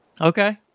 Okay